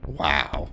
wow